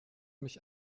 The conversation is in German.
mich